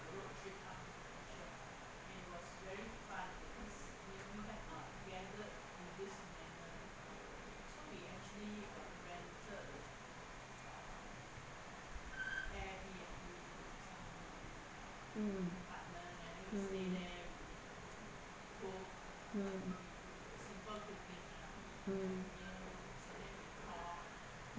mm mm mm mm